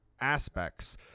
aspects